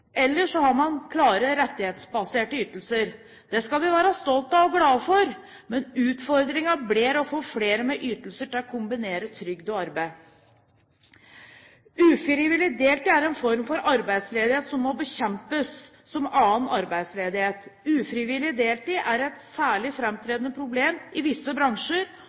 eller har klare rettighetsbaserte ytelser. Det skal vi være stolte av og glade for. Utfordringen blir å få flere med ytelser til å kombinere trygd og arbeid. Ufrivillig deltid er en form for arbeidsledighet som må bekjempes som annen arbeidsledighet. Ufrivillig deltid er et særlig framtredende problem i visse bransjer